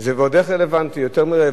זה ועוד איך רלוונטי, רלוונטי יותר מרלוונטי.